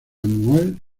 anual